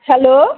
hello